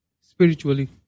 Spiritually